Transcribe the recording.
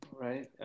Right